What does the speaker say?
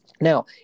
Now